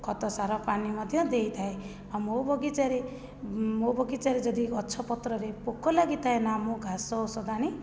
ଖତ ସାର ପାଣି ମଧ୍ୟ ଦେଇଥାଏ ଆଉ ମୋ ବଗିଚାରେ ମୋ ବଗିଚାରେ ଯଦି ଗଛ ପତ୍ରରେ ପୋକ ଲାଗିଥାଏନା ମୁଁ ଘାସ ଔଷଧ ଆଣି